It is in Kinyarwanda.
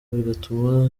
bigatuma